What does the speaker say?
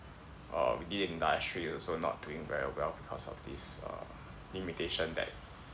um industry also not doing very well because of this uh limitation that